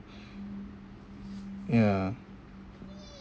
ya